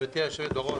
גברתי היושבת-ראש,